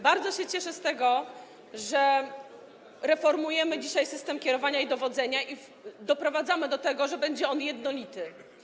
Bardzo się cieszę z tego, że reformujemy dzisiaj system kierowania i dowodzenia i doprowadzamy do tego, że będzie on jednolity.